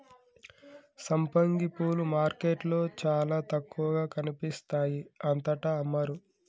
సంపంగి పూలు మార్కెట్లో చాల తక్కువగా కనిపిస్తాయి అంతటా అమ్మరు